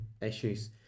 issues